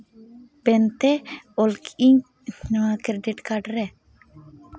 PAN ᱛᱮ ᱚᱞ ᱠᱮᱫᱟᱹᱧ ᱱᱚᱣᱟ ᱠᱨᱮᱰᱤᱴ ᱠᱟᱨᱰ ᱨᱮ